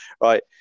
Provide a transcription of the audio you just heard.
Right